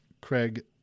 Craig